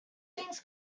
things